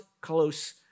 close